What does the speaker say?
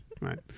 Right